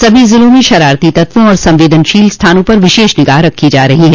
सभी ज़िलों में शरारती तत्वों और संवेदनशील स्थानों पर विशेष निगाह रखी जा रही है